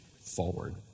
forward